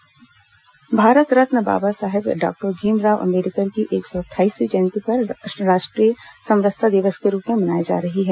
Bhimrao Ambedkar Jayanti Bharat Ratna Baba Saheb doctor Bhimrao Ambedkar की एक सौ अट्ठाईसवीं जयंती आज राष्ट्रीय समरसता दिवस के रूप में मनाई जा रही है